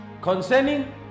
Concerning